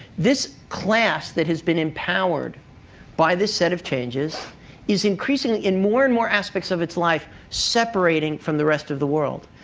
this class that has been empowered by this set of changes is increasingly, in more and more aspects of its life, separating from the rest of the world.